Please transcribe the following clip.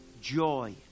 joy